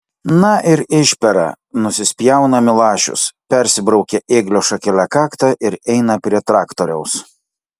na ir išpera nusispjauna milašius persibraukia ėglio šakele kaktą ir eina prie traktoriaus